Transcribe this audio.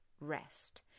rest